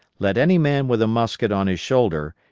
let any man with a musket on his shoulder,